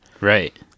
Right